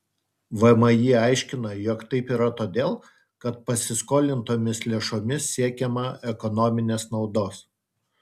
vmi aiškina jog taip yra todėl kad pasiskolintomis lėšomis siekiama ekonominės naudos